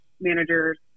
managers